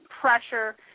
pressure